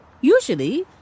Usually